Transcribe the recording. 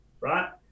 right